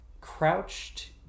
crouched